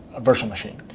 a virtual machine.